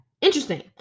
Interesting